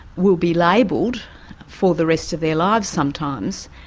will be labeled for the rest of their lives sometimes,